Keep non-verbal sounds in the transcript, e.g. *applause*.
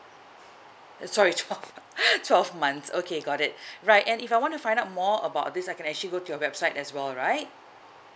uh sorry twelve *laughs* twelve months okay got it right and if I want to find out more about this I can actually go to your website as well right